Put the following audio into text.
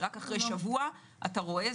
ורק אחרי שבוע אתה רואה,